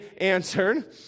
answered